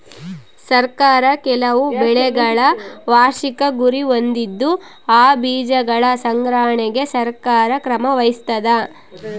ಸರ್ಕಾರ ಕೆಲವು ಬೆಳೆಗಳ ವಾರ್ಷಿಕ ಗುರಿ ಹೊಂದಿದ್ದು ಆ ಬೀಜಗಳ ಸಂಗ್ರಹಣೆಗೆ ಸರ್ಕಾರ ಕ್ರಮ ವಹಿಸ್ತಾದ